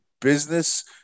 business